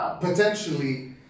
potentially